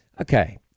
Okay